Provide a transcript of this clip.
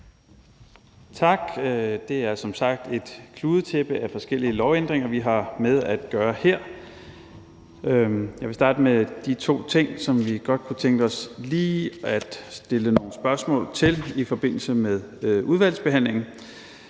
Tak. Det er som sagt et kludetæppe af forskellige lovændringer, vi her har med at gøre, og jeg vil starte med de to ting, som vi godt kunne tænke os lige at stille nogle spørgsmål til i forbindelse med udvalgsbehandlingen.